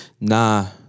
Nah